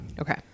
Okay